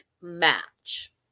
match